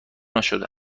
نشده